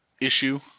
issue